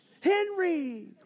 Henry